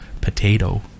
potato